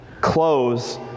close